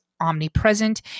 omnipresent